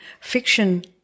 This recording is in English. fiction